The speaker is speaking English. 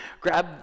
grab